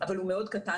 אבל הוא מאוד קטן.